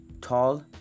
Tall